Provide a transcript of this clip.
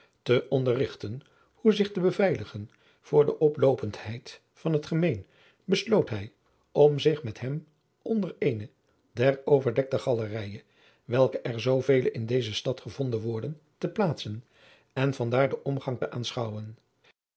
te onderrigten hoe zich te beveiligen voor de oploopendheid van het gemeen besloot hij om zich met hem onder eene der overdekte galerijen welke er zoovele in deze stad gevonden worden te plaatsen en van daar den omgang te aanschouwen